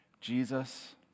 Jesus